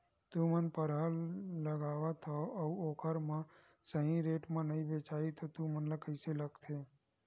तू मन परहा लगाथव अउ ओखर हा सही रेट मा नई बेचवाए तू मन ला कइसे लगथे?